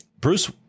Bruce